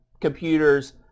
computers